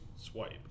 swipe